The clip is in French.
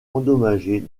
endommagées